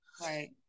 Right